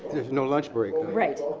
there's no lunch break. right.